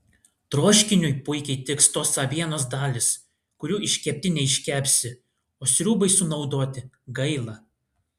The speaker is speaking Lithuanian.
troškiniui puikiai tiks tos avienos dalys kurių iškepti neiškepsi o sriubai sunaudoti gaila